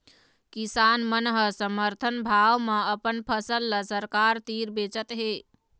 किसान मन ह समरथन भाव म अपन फसल ल सरकार तीर बेचत हे